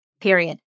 period